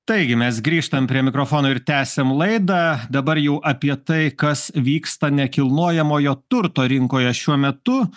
taigi mes grįžtam prie mikrofono ir tęsiam laidą dabar jau apie tai kas vyksta nekilnojamojo turto rinkoje šiuo metu